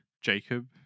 Jacob